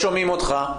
אותך.